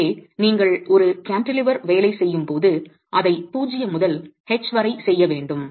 எனவே நீங்கள் ஒரு கான்டிலீவரில் வேலை செய்யும் போது அதை 0 முதல் h வரை செய்ய வேண்டும்